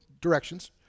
directions